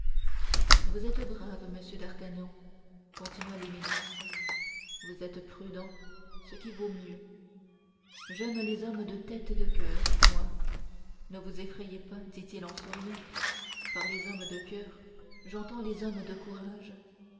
vous êtes brave monsieur d'artagnan continua l'éminence vous êtes prudent ce qui vaut mieux j'aime les hommes de tête et de coeur moi ne vous effrayez pas dit-il en souriant par les hommes de coeur j'entends les hommes de courage